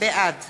בעד